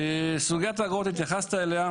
סוגיית האגרות התייחסת אליה,